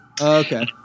Okay